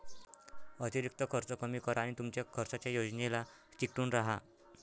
अतिरिक्त खर्च कमी करा आणि तुमच्या खर्चाच्या योजनेला चिकटून राहा